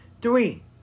three